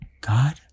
God